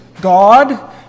God